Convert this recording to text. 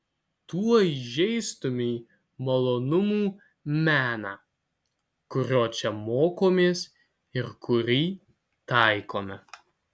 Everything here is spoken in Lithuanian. tuo įžeistumei malonumų meną kurio čia mokomės ir kurį taikome